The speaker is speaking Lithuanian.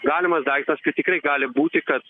galimas daiktas kad tikrai gali būti kad